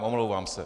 Omlouvám se.